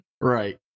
Right